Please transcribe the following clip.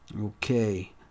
Okay